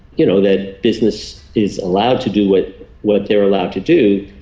you know, that business is allowed to do what what they're allowed to do.